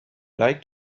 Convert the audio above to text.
like